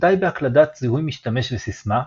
די בהקלדת זיהוי משתמש וסיסמה,